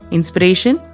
Inspiration